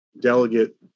delegate